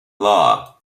law